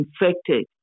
infected